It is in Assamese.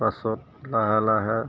পাছত লাহে লাহে